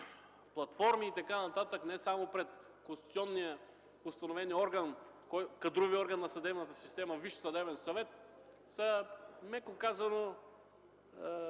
платформи и така нататък не само пред конституционно установения кадрови орган на съдебната система Висш съдебен съвет, са меко казано